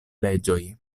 leĝoj